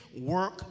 work